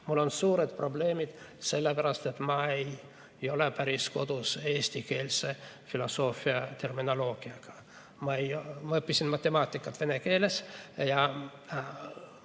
Mul on suured probleemid sellepärast, et ma ei ole päris kodus eestikeelses filosoofiaterminoloogias. Ma õppisin matemaatikat vene keeles ja